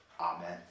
Amen